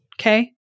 Okay